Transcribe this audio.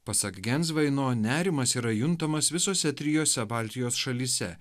pasak gensvaino nerimas yra juntamas visose trijose baltijos šalyse